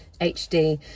HD